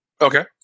Okay